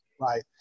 Right